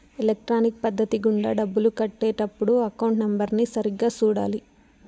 electronic పద్ధతి గుండా డబ్బులు కట్టే టప్పుడు అకౌంట్ నెంబర్ని సరిగ్గా సూడాలి